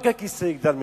רק הכיסא יגדל ממך.